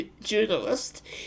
journalist